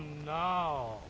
no